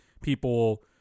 People